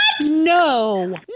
No